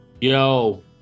Yo